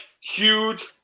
huge